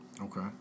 Okay